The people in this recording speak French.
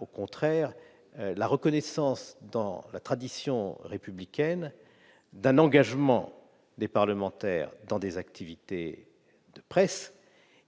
au contraire la reconnaissance, dans la tradition républicaine, d'un engagement des parlementaires dans des activités de presse